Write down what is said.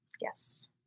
Yes